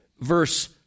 verse